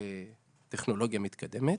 לטכנולוגיה מתקדמת.